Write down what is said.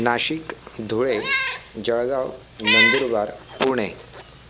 Nashik Dhule Jalgaon Nandurbar Pune